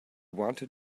wanted